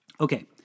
Okay